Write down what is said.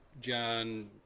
John